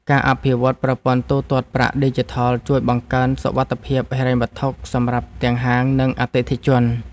ការអភិវឌ្ឍប្រព័ន្ធទូទាត់ប្រាក់ឌីជីថលជួយបង្កើនសុវត្ថិភាពហិរញ្ញវត្ថុសម្រាប់ទាំងហាង និងអតិថិជន។